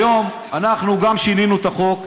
היום שינינו את החוק,